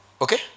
Okay